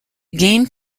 game